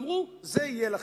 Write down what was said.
ואמרו: זה יהיה לכם,